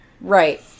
Right